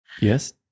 Yes